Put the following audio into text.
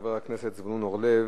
חבר הכנסת זבולון אורלב,